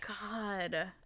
God